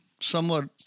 somewhat